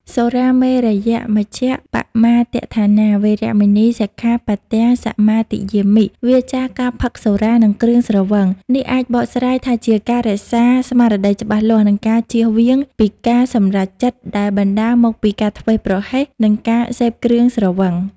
សុរាមេរយមជ្ជប្បមាទដ្ឋានា វេរមណី សិក្ខាបទំ សមាទិយាមិ វៀរចាកការផឹកសុរា និងគ្រឿងស្រវឹង នេះអាចបកស្រាយថាជាការរក្សាស្មារតីច្បាស់លាស់ និងការជៀសវាងពីការសម្រេចចិត្តដែលបណ្ដាលមកពីការធ្វេសប្រហែស ឬការសេព គ្រឿងស្រវឹង។